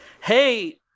Hey